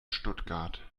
stuttgart